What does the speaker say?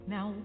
Now